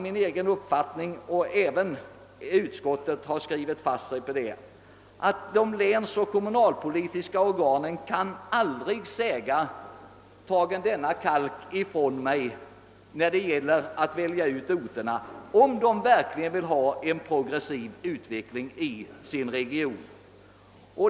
Min egen uppfattning — som är densamma som utskottets — är att de länsoch kommunalpolitiska organen aldrig, när det blir fråga om att välja ut orterna, kan säga: »Gånge denna kalken ifrån mig», om man verkligen önskar en progressiv utveckling i sin region.